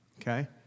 okay